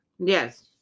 yes